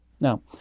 Now